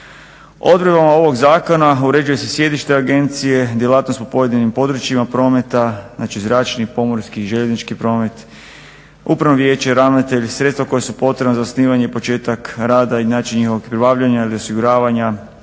Odredbama ovog zakona uređuje se sjedište agencije, djelatnost po pojedinim područjima prometa, znači zračni, pomorski i željeznički promet, Upravno vijeće, ravnatelj, sredstva koja su potrebna za osnivanje i početak rada i način njihovog pribavljanja ili osiguravanja,